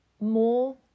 more